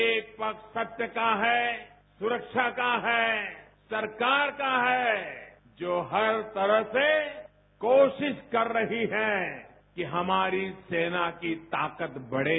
एक पक्ष सत्य का है सुरक्षा का है सरकार का है जो हर तरह से कोशिश कर रही है कि हमारी सेना की ताकत बढ़े